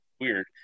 weird